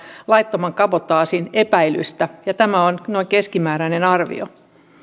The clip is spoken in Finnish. laittoman kabotaasin epäilynä viisi viiva kymmenen tapausta ja tämä on keskimääräinen arvio